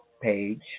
page